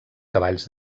cavalls